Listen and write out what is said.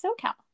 SoCal